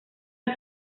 del